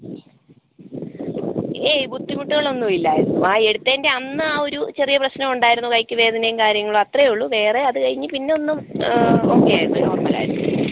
ഏഹ് ബുദ്ധിമുട്ടുകളൊന്നുമില്ലാരുന്നു ആ എടുത്തെൻ്റെ അന്ന് ആ ഒരു ചെറിയ പ്രശ്നമുണ്ടാരുന്നു കൈക്ക് വേദനേം കാര്യങ്ങളും അത്രേയുള്ളു വേറെ അതുകയിഞ്ഞ് പിന്നൊന്നും ഓക്കേ ആയിരുന്നു നോർമലായിരുന്നു